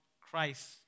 Christ